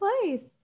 place